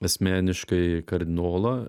asmeniškai kardinolą